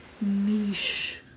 niche